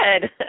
good